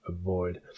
avoid